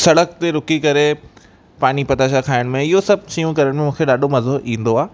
सड़क ते रुकी करे पाणी पताशा खाइण में इहो सभु शयूं करण में मूंखे ॾाढो मज़ो ईंदो आहे